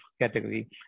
category